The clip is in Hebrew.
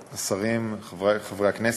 שרים, חברי חברי הכנסת,